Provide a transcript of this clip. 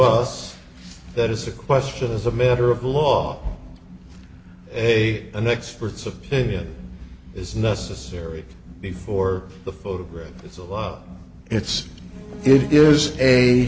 us that is a question as a matter of law a an expert's opinion is necessary before the photograph is a lot of it's it is a